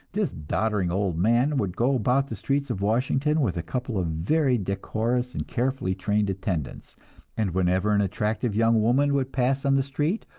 this doddering old man would go about the streets of washington with a couple of very decorous and carefully trained attendants and whenever an attractive young woman would pass on the street,